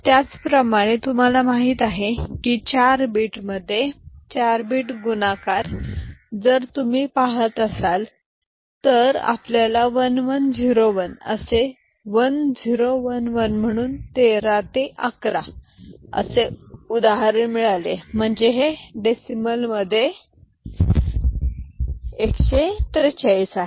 त्याचप्रमाणे तुम्हाला माहित आहे की 4 बिट मध्ये 4 बिट गुणाकार जर तुम्ही पहात असाल तर आपल्याला 1 1 0 1 असे 1 0 1 1 म्हणून 13 ते 11 असे उदाहरण मिळाले म्हणजे हे डेसिमल मध्ये 143 आहे